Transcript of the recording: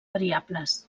variables